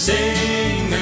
Sing